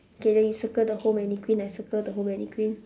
okay then you circle the whole mannequin I circle the whole mannequin